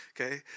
Okay